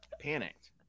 panicked